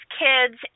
kids